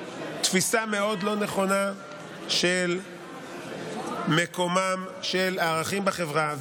תפיסה מאוד לא נכונה של מקומם של הערכים בחברה,